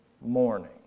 morning